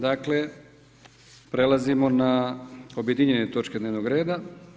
Dakle, prelazimo na objedinjene točke dnevnog reda.